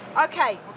okay